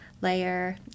layer